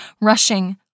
rushing